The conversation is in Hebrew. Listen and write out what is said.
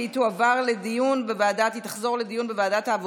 והיא תחזור לדיון בוועדת העבודה,